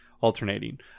alternating